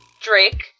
Drake